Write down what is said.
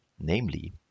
namely